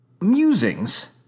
musings